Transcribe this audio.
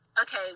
Okay